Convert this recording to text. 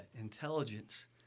intelligence